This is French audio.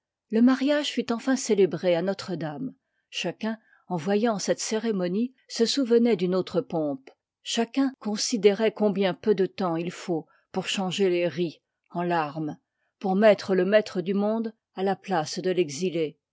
le mariage fut enfin célébré à notredame chacun en voyant cette cérémonie se souvenoit d'une autre pompe chacun considéroit combien peu de temps il faut pour changer les ris en larmes pour mettre le maître du monde à la place de l'exilé